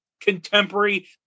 contemporary